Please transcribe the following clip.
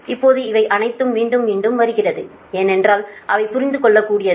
இப்போது இவை அனைத்தும் மீண்டும் மீண்டும் வருகின்றன ஏனென்றால் அவை புரிந்து கொள்ளக் கூடியது